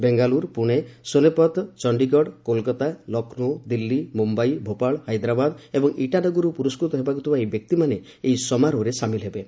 ବେଙ୍ଗାଲୁରୁ ପୁଣେ ଶୋନେପଥ ଚଣ୍ଡିଗଡ କୋଲକାତା ଲକ୍ଷ୍ନୌ ଦିଲ୍ଲୀ ମୁମ୍ବାଇ ଭୋପାଳ ହାଇଦ୍ରାବାଦ ଏବଂ ଇଟାନଗରରୁ ପୁରସ୍କୃତ ହେବାକୁ ଥିବା ବ୍ୟକ୍ତିମାନେ ଏହି ସମାରୋହରେ ସାମିଲ ହେବେ